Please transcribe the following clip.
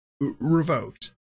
revoked